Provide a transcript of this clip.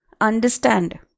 understand